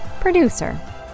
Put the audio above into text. producer